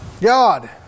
God